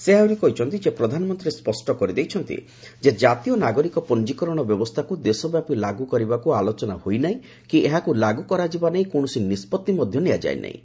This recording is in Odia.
ସେ ଆହୁରି କହିଛନ୍ତି ପ୍ରଧାନମନ୍ତ୍ରୀ ସ୍ୱଷ୍ଟ କରି ଦେଇଛନ୍ତି ଜାତୀୟ ନାଗରିକ ପଞ୍ଜୀକରଣ ବ୍ୟବସ୍ଥାକୁ ଦେଶବ୍ୟାପୀ ଲାଗୁ କରିବାକୁ ଆଲୋଚନା ହୋଇ ନାହିଁ କି ଏହାକୁ ଲାଗୁ କରାଯିବା ନେଇ କୌଣସି ନିଷ୍ପଭି ନିଆଯାଇ ନାହିଁ